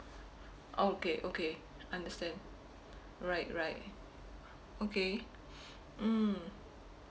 okay okay understand right right okay mm